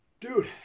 dude